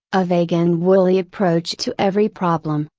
a vague and woolly approach to every problem,